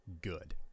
Good